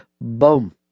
Boom